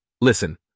Listen